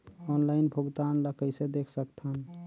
Online भुगतान ल कइसे देख सकथन?